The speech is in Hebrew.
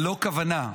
ללא כוונה,